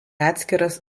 atskiras